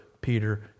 Peter